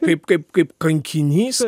kaip kaip kaip kankinys